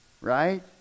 Right